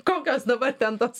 kokios dabar ten tos